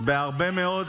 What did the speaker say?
בהרבה מאוד,